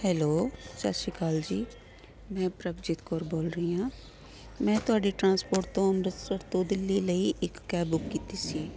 hello ਸਤਿ ਸ਼੍ਰੀ ਅਕਾਲ ਜੀ ਮੈਂ ਪ੍ਰਭਜੀਤ ਕੌਰ ਬੋਲ ਰਹੀ ਹਾਂ ਮੈਂ ਤੁਹਾਡੀ ਟਰਾਂਸਪੋਰਟ ਤੋਂ ਅੰਮ੍ਰਿਤਸਰ ਤੋਂ ਦਿੱਲੀ ਲਈ ਇੱਕ ਕੈਬ ਬੁੱਕ ਕੀਤੀ ਸੀ